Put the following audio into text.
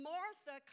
Martha